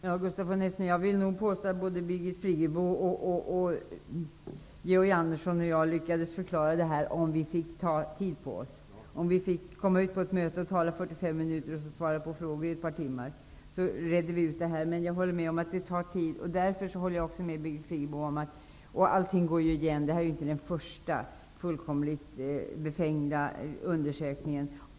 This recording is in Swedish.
Herr talman! Gustaf von Essen, jag vill nog påstå att Birgit Friggebo, Georg Andersson och jag lyckades förklara detta om vi fick ta tid på oss. Om vi fick komma ut på ett möte och tala i 45 minuter och sedan svara på frågor i ett par timmar redde vi ut detta. Men jag håller med om att det tar tid. Därför håller jag också med Birgit Friggebo om detta med undersökningen. Allting går ju igen. Det här är inte den första fullkomligt befängda undersökningen.